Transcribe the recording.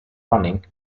running